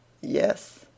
Yes